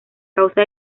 causa